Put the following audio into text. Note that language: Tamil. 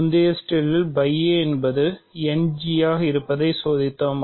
முந்தைய ஸ்லைடில் என்பது End இல் இருப்பதை சோதித்தோம்